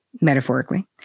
metaphorically